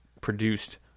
produced